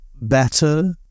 better